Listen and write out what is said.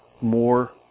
more